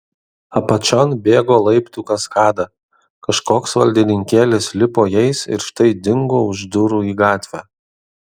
apačion bėgo laiptų kaskada kažkoks valdininkėlis lipo jais ir štai dingo už durų į gatvę